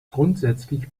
grundsätzlich